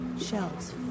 shelves